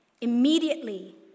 Immediately